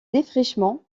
défrichement